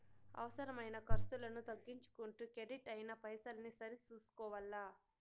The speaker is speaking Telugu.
అవసరమైన కర్సులను తగ్గించుకుంటూ కెడిట్ అయిన పైసల్ని సరి సూసుకోవల్ల